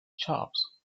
jobs